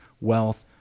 wealth